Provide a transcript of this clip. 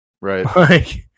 Right